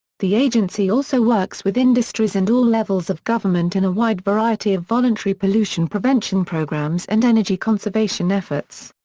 the agency also works with industries and all levels of government in a wide variety of voluntary pollution prevention programs and energy conservation efforts.